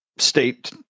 state